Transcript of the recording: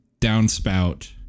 downspout